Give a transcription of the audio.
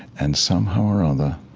and somehow or other,